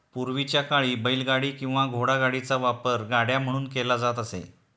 पूर्वीच्या काळी बैलगाडी किंवा घोडागाडीचा वापर गाड्या म्हणून केला जात असे